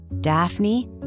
Daphne